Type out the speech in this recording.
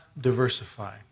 diversify